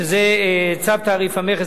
שזה צו תעריף המכס,